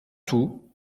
tout